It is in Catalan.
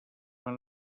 van